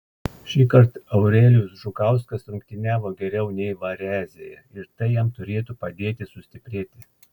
šįkart eurelijus žukauskas rungtyniavo geriau nei varezėje ir tai jam turėtų padėti sustiprėti